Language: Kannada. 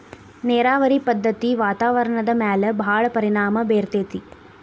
ನೇರಾವರಿ ಪದ್ದತಿ ವಾತಾವರಣದ ಮ್ಯಾಲ ಭಾಳ ಪರಿಣಾಮಾ ಬೇರತತಿ